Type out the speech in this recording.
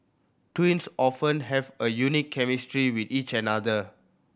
twins often have a unique chemistry with each another